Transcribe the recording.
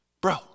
Bro